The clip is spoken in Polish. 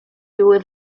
były